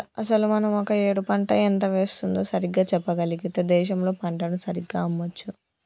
అసలు మనం ఒక ఏడు పంట ఎంత వేస్తుందో సరిగ్గా చెప్పగలిగితే దేశంలో పంటను సరిగ్గా అమ్మొచ్చు